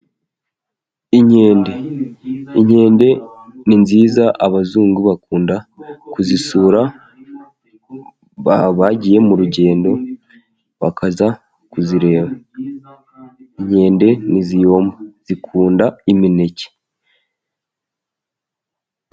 Inkende, inkende ni nziza abazungu bakunda kuzisura bagiye mu rugendo bakaza kuzireba, inkende ntiziyomba zikunda imineke.